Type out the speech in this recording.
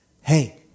Hey